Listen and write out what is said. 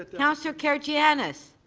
ah councillor karygiannis,